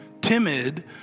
timid